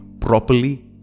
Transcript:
properly